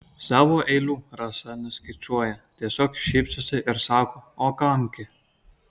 savo eilių rasa neskaičiuoja tiesiog šypsosi ir sako o kam gi